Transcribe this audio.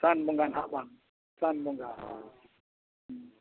ᱥᱟᱱ ᱵᱚᱸᱜᱟ ᱦᱟᱸᱜ ᱵᱟᱝ ᱥᱟᱱ ᱵᱚᱸᱜᱟ ᱦᱮᱸ